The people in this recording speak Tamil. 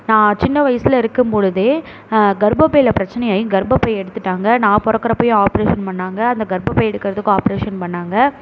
நான் சின்ன வயதில் இருக்கும்பொழுதே கர்ப்பப்பையில் பிரச்சனை ஆகி கர்ப்பப்பை எடுத்துவிட்டாங்க நான் பிறக்குறப்பையும் ஆப்ரேஷன் பண்ணாங்க அந்த கர்ப்பப்பை எடுக்கிறதுக்கும் ஆப்ரேஷன் பண்ணாங்க